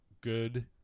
good